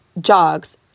jogs